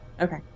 Okay